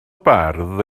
bardd